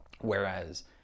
Whereas